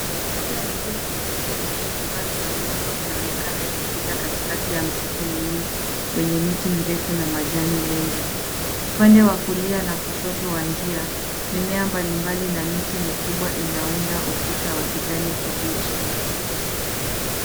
Njia iliyo tengenezwa kwa matofari na udongo inaonekana ikipita katikati ya msitu mnene wenye miti mirefu na majani mengi. Upande wa kulia na kushoto wa njia mimea mbali mbali na miti mikubwa inaunda ukuta wa kijani kibichi.